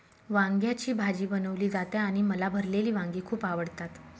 वांग्याची भाजी बनवली जाते आणि मला भरलेली वांगी खूप आवडतात